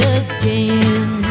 again